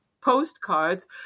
postcards